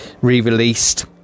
re-released